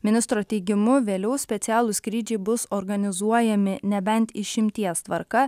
ministro teigimu vėliau specialūs skrydžiai bus organizuojami nebent išimties tvarka